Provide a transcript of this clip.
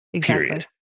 Period